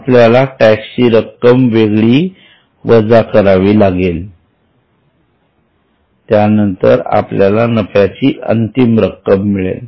आपल्याला टॅक्स ची रक्कम देखील वेगळी वजा करावी लागेल त्यानंतर आपल्याला नफ्याची अंतिम रक्कम मिळेल